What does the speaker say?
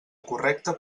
correcta